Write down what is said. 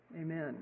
Amen